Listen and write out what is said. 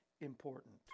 important